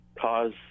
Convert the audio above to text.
cause